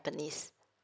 ~anese